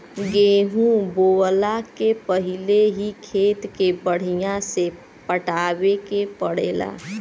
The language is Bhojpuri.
गेंहू बोअला के पहिले ही खेत के बढ़िया से पटावे के पड़ेला